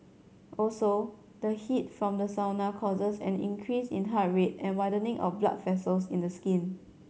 also the heat from the sauna causes an increase in heart rate and widening of blood vessels in the skin